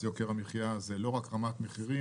אז יוקר המחייה זה לא רמת מחירים,